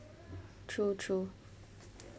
true true